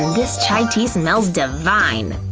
this chai tea smells divine!